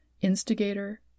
instigator